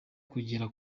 kugera